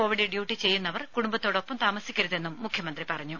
Covid duty ചെയ്യുന്നവർ കുടുംബത്തോടൊപ്പം താമസിക്കരുതെന്നും മുഖ്യമന്ത്രി പറഞ്ഞു